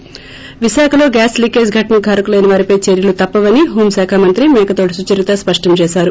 ి విశాఖలో gas leakage ఘటనకు కారకులైన వారిపై చర్యలు తప్పవని హోం శాఖ మంత్రి మేకతోటి సుచరిత స్పష్టం చేసారు